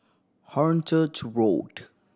Hornchurch Road